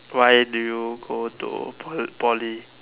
why do you go to Pol~ Poly